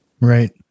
Right